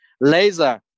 laser